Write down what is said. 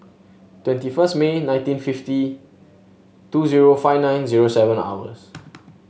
twenty first May nineteen fifty two zero five nine zero seven hours